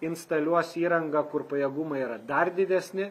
instaliuos įrangą kur pajėgumai yra dar didesni